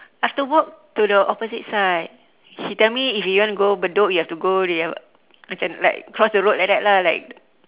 I have to walk to the opposite side he tell me if you want go bedok you have to go you have macam like cross the road like that lah like